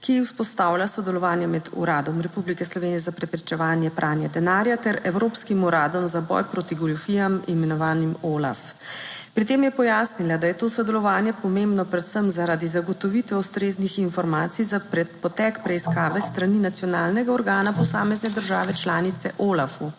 ki vzpostavlja sodelovanje med Uradom Republike Slovenije za preprečevanje pranja denarja ter Evropskim uradom za boj proti goljufijam, imenovanim OLAF. Pri tem je pojasnila, da je to sodelovanje pomembno predvsem zaradi zagotovitve ustreznih informacij za potek preiskave s strani nacionalnega organa posamezne države članice OLAF-u.